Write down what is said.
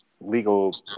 legal